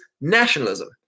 nationalism